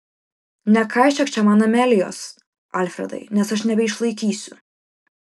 nekaišiok čia man amelijos alfredai nes aš nebeišlaikysiu